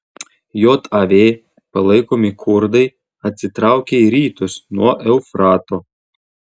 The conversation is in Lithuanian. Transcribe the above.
jav palaikomi kurdai atsitraukė į rytus nuo eufrato